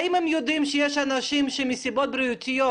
האם הם יודעים שיש אנשים שמסיבות בריאותיות